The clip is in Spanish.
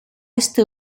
este